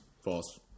False